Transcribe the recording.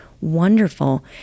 wonderful